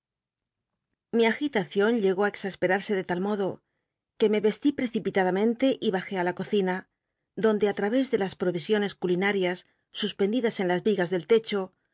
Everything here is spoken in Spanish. mi agilacion llegó ti exasperarse de tal modo uc me c li precipitadamente y bajé á la cocina donde á tra és de las pro isiones culinarias suspendidas en las yigas del techo